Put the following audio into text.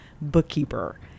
bookkeeper